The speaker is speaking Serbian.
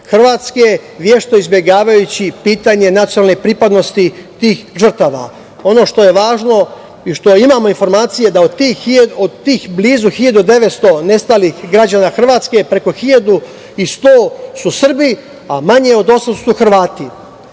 Hrvatske, vešto izbegavajući pitanje nacionalne pripadnosti tih žrtava. Ono što je važno i što imamo informacije jeste da od tih blizu 1.900 nestalih građana Hrvatske preko 1.100 su Srbi, a manje od 800 su